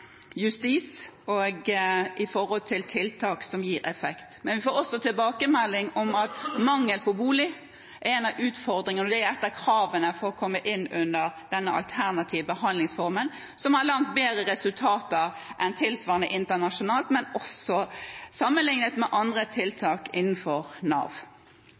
justis og tiltak som gir effekt. Men vi får også tilbakemeldinger om at mangel på bolig er en av utfordringene, og det er et av kravene for å komme inn under denne alternative behandlingsformen, som gir langt bedre resultater enn tilsvarende internasjonalt, men også sammenlignet med andre tiltak innenfor Nav.